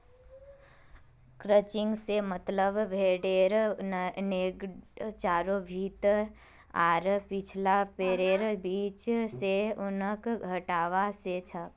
crutching से मतलब भेडेर नेंगड चारों भीति आर पिछला पैरैर बीच से ऊनक हटवा से छ